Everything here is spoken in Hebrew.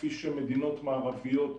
כפי שמדינות מערביות נוהגות,